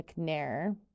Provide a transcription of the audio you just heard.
McNair